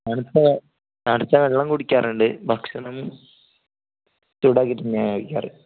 തണുത്ത തണുത്ത വെള്ളം കുടിക്കാറുണ്ട് ഭക്ഷണം ചൂടാക്കിയിട്ടു തന്നെയാ കഴിക്കാറ്